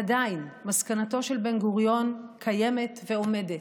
עדיין מסקנתו של בן-גוריון קיימת ועומדת: